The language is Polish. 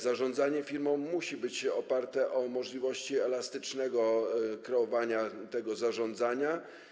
Zarządzanie firmą musi być oparte na możliwości elastycznego kreowania tego zarządzania.